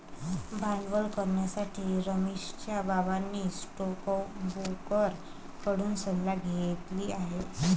भांडवल करण्यासाठी रमेशच्या बाबांनी स्टोकब्रोकर कडून सल्ला घेतली आहे